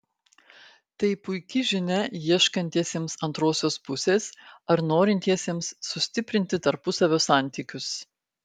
tai puiki žinia ieškantiesiems antrosios pusės ar norintiesiems sustiprinti tarpusavio santykius